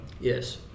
yes